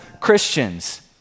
Christians